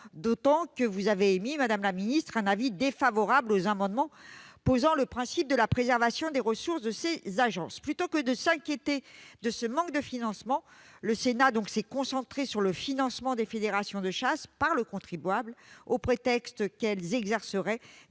d'autant que vous avez émis, madame la secrétaire d'État, un avis défavorable sur les amendements tendant à fixer le principe de la préservation des ressources de ces agences. Plutôt que de s'inquiéter de ce manque de financement, le Sénat s'est concentré sur le financement des fédérations de chasseurs par le contribuable, au prétexte qu'elles exerceraient